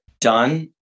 done